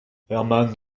hermann